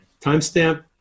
timestamp